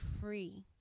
free